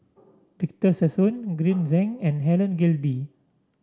Victor Sassoon Green Zeng and Helen Gilbey